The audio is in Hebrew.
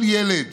כל ילד